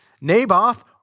Naboth